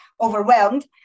overwhelmed